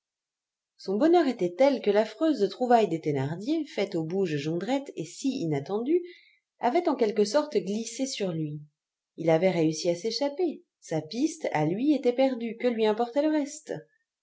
son bonheur était tel que l'affreuse trouvaille des thénardier faite au bouge jondrette et si inattendue avait en quelque sorte glissé sur lui il avait réussi à s'échapper sa piste à lui était perdue que lui importait le reste